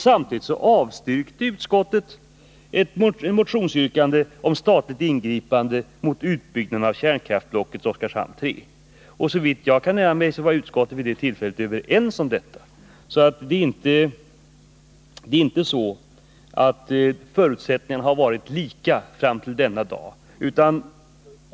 Samtidigt avstyrkte utskottet ett motionsyrkande om statligt ingripande mot utbyggnaden av kärnkraftsblocket Oskarshamn 3. Såvitt jag är rätt informerad var utskottet vid det tillfället överens om detta. Det är inte så att förutsättningarna har varit lika fram till denna dag.